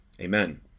Amen